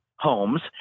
homes